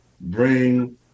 bring